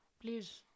Please